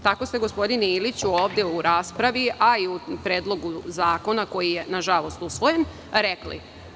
Tako ste, gospodine Iliću, ovde u raspravi, a i u Predlogu zakona koji je nažalost usvojen, rekli.